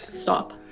stop